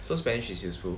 so spanish is useful